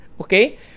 okay